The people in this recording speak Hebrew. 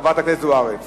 של חברת הכנסת מרינה